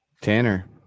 Tanner